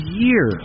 year